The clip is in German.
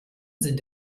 sind